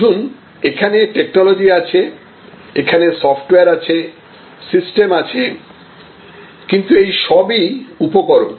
বুঝুন এখানে টেকনোলজি আছে এখানে সফটওয়্যার আছে সিস্টেম আছে কিন্তু এসবই উপকরণ